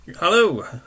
Hello